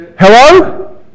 Hello